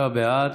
שישה בעד.